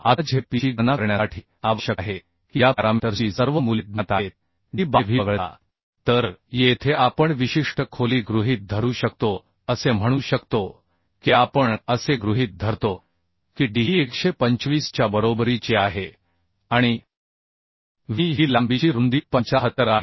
आता Zpची गणना करण्यासाठी आवश्यक आहे की या पॅरामीटर्सची सर्व मूल्ये ज्ञात आहेत d बाय v वगळता तर येथे आपण विशिष्ट खोली गृहीत धरू शकतो असे म्हणू शकतो की आपण असे गृहीत धरतो की d ही 125 च्या बरोबरीची आहे आणि v ही लांबीची रुंदी 75 आहे